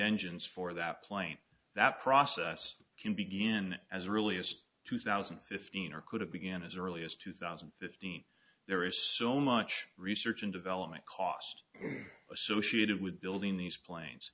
engines for that plane that process can begin as early as two thousand and fifteen or could have began as early as two thousand and fifteen there is so much research and development cost associated with building these planes